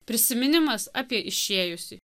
prisiminimas apie išėjusį